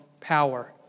power